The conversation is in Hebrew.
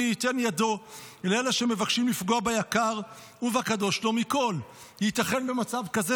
ייתן ידו לאלה שמבקשים לפגוע ביקר ובקדוש לו מכול --- ייתכן במצב כזה,